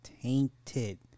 tainted